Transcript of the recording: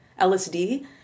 LSD